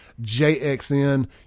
Jxn